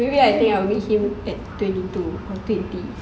maybe I think I'll meet him at twenty two or twenty